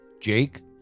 Jake